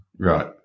Right